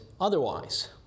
otherwise